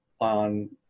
on